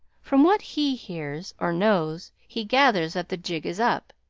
from what he hears, or knows, he gathers, that the jig is up.